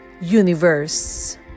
universe